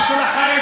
זה של החרדים.